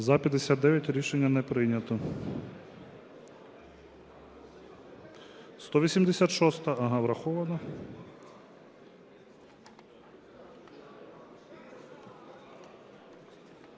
За-59 Рішення не прийнято. 186-а. Так, врахована.